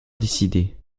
décidé